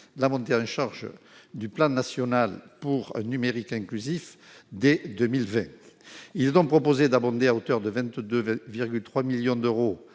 la montée en charge du plan national pour un numérique inclusif dès 2020, ils ont proposé d'abonder à hauteur de 22,3 millions d'euros